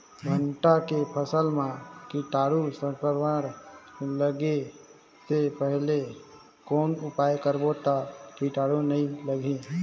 भांटा के फसल मां कीटाणु संक्रमण लगे से पहले कौन उपाय करबो ता कीटाणु नी लगही?